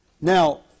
Now